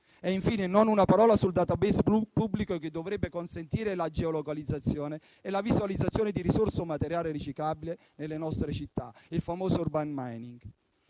Infine, non una parola sul *database* pubblico che dovrebbe consentire la geolocalizzazione e la visualizzazione di risorse o materiale riciclabile nelle nostre città (il famoso *urban mining*).